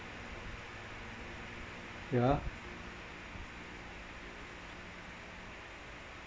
yeah